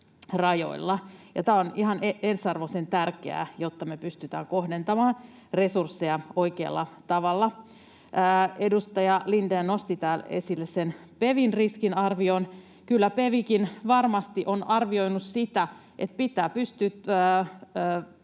tämä on ihan ensiarvoisen tärkeää, jotta me pystytään kohdentamaan resursseja oikealla tavalla. Edustaja Lindén nosti täällä esille PeVin riskinarvion. Kyllä PeVikin varmasti on arvioinut sitä, että pitää pystyä